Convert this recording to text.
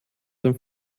dem